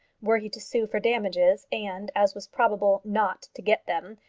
were he to sue for damages, and, as was probable, not to get them,